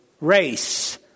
race